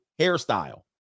hairstyle